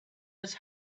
his